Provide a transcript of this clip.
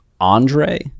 Andre